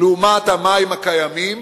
לעומת המים הקיימים.